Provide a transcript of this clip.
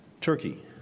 Turkey